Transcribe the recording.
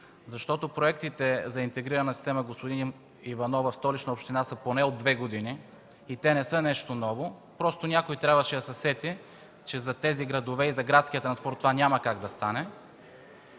Защото проектите за интегрирана система, господин Иванов, в Столичната община са повече от две години. Те не са нещо ново. Просто някой трябваше да се сети, че за тези градове за градския транспорт това няма как да стане.